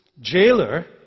jailer